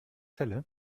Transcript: celle